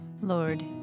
Lord